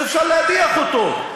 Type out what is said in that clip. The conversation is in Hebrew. אז אפשר להדיח אותו.